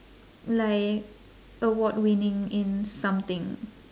like award-winning in something